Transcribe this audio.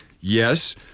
yes